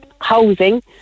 housing